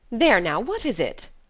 there now, what is it?